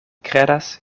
kredas